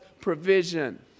provision